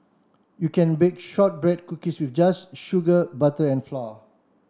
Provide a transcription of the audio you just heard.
you can bake shortbread cookies just sugar butter and flour